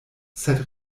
sed